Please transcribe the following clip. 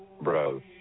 bro